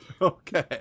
Okay